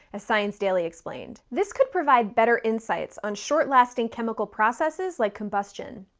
as science daily explained. this could provide better insights on short-lasting chemical processes like combustion.